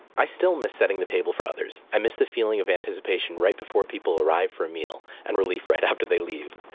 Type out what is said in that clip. i still miss setting the table for others. i miss the feeling of anticipation right before people arrive for a meal and relief right after they leave.